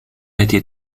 été